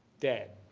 dad.